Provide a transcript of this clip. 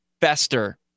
fester